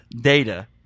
Data